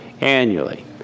annually